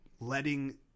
letting